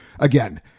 Again